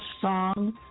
song